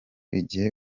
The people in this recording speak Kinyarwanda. igihe